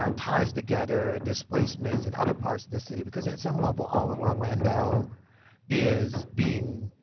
um ties together displacements in other parts of the city because at some level all of orlando is being,